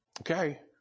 Okay